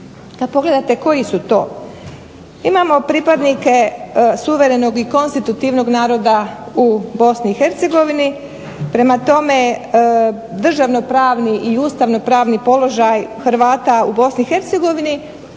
pogledate koji su to imamo pripadnike suverenog i konstitutivnog naroda u BiH prema tome državno pravni i ustavnopravni položaj u BiH